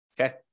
okay